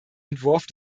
entwurf